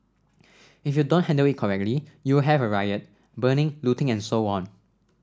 if you don't handle it correctly you'll have a riot burning looting and so on